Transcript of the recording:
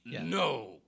No